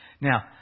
Now